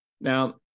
Now